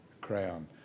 crown